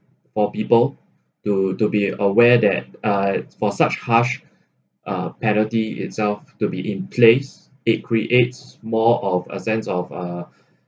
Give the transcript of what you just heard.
for people to to be aware that uh for such harsh uh penalty itself to be in place it creates more of a sense of uh